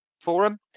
forum